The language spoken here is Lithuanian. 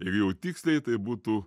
jei jau tiksliai tai būtų